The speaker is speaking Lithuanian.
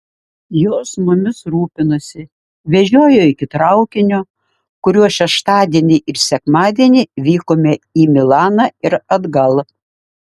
jos mumis rūpinosi vežiojo iki traukinio kuriuo šeštadienį ir sekmadienį vykome į milaną ir atgal